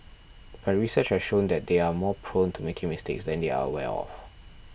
but research has shown that they are more prone to making mistakes than they are aware of